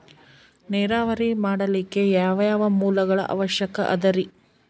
ನೇರಾವರಿ ಮಾಡಲಿಕ್ಕೆ ಯಾವ್ಯಾವ ಮೂಲಗಳ ಅವಶ್ಯಕ ಅದರಿ?